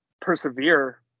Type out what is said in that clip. persevere